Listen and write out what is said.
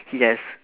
yes